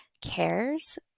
cares